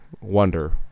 wonder